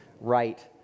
right